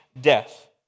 death